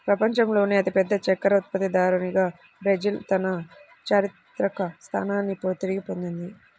ప్రపంచంలోనే అతిపెద్ద చక్కెర ఉత్పత్తిదారుగా బ్రెజిల్ తన చారిత్రక స్థానాన్ని తిరిగి పొందింది